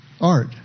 art